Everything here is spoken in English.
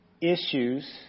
issues